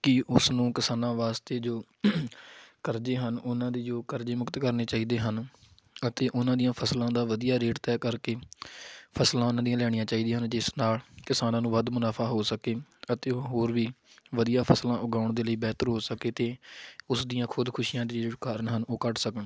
ਕਿ ਉਸਨੂੰ ਕਿਸਾਨਾਂ ਵਾਸਤੇ ਜੋ ਕਰਜ਼ੇ ਹਨ ਉਹਨਾਂ ਦੇ ਜੋ ਕਰਜ਼ੇ ਮੁਕਤ ਕਰਨੇ ਚਾਹੀਦੇ ਹਨ ਅਤੇ ਉਹਨਾਂ ਦੀਆਂ ਫਸਲਾਂ ਦਾ ਵਧੀਆ ਰੇਟ ਤੈਅ ਕਰਕੇ ਫਸਲਾਂ ਉਹਨਾਂ ਦੀਆਂ ਲੈਣੀਆਂ ਚਾਹੀਦੀਆਂ ਹਨ ਜਿਸ ਨਾਲ ਕਿਸਾਨਾਂ ਨੂੰ ਵੱਧ ਮੁਨਾਫਾ ਹੋ ਸਕੇ ਅਤੇ ਉਹ ਹੋਰ ਵੀ ਵਧੀਆ ਫਸਲਾਂ ਉਗਾਉਣ ਦੇ ਲਈ ਬਿਹਤਰ ਹੋ ਸਕੇ ਅਤੇ ਉਸਦੀਆਂ ਖੁਦਕੁਸ਼ੀਆਂ ਦੇ ਜੋ ਕਾਰਨ ਹਨ ਉਹ ਘੱਟ ਸਕਣ